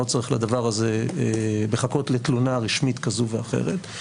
לא צריך לדבר הזה לחכות לתלונה רשמית כזו ואחרת,